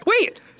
Wait